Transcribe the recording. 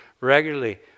regularly